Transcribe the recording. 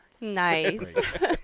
Nice